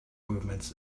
movements